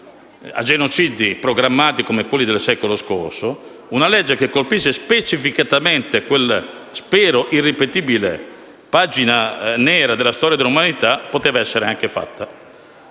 a genocidi programmati come quelli del secolo scorso, una legge che colpisca specificatamente quella - spero irripetibile - pagina nera della storia dell'umanità poteva essere anche fatta.